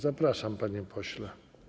Zapraszam, panie pośle.